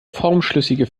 formschlüssige